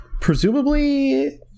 presumably